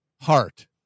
heart